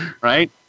Right